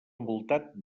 envoltat